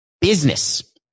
Business